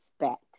expect